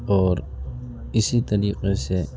اور اسی طریقے سے